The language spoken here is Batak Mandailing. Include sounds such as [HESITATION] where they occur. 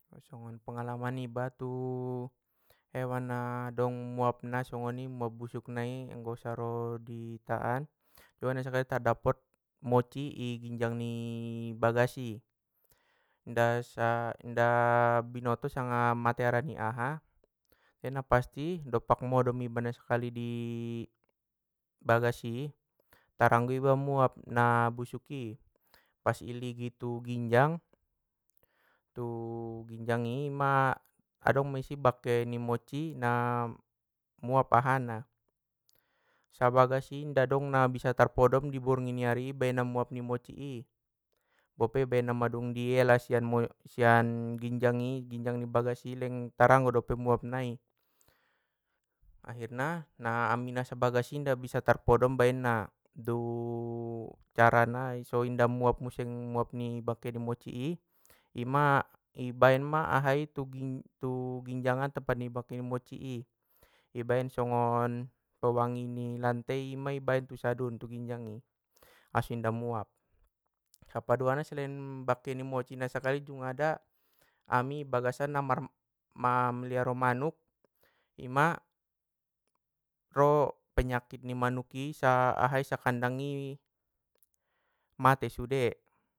Songon pengalaman niba tu hewan na adong muapna songoni muap busuk nai anggo saro di ita an, songon na sakali tardapot mocci i ginjang ni bagas i, inda sa- inda binoto sanga mate arani aha, te na pasti doppak modom iba na sakali i bagas i, taranggo iba muapna busuk i pas i ligi tu ginjang, tu ginjang i ma adong ma isi bakke ni monci na muap ahana. Sabagas i inda dong na bisa tarpodom i borngin ni ari i harani muap ni monci i, bope nang mandung iela sian- sian ginjang i bagas i leng taranggo dope muap nai, akhirna ami na sabagas i inda bisa tarpodom baen na, du [HESITATION] carana so inda muap muse bangke ni monci i, ima i baen ma ahha i tu ginjang an tempat bangke ni monci i, i baen songon wewangian ni lantai i baen ma tu sadun tu ginjang i, aso inda muap. Na paduana selain bakke ni monci nasakali junggada ami bagasan namar- na mamiliaro manuk ima ro penyalit ni manuki sakandang i mate sude.